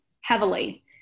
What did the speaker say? heavily